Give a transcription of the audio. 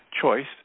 choice